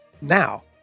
now